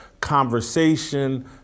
conversation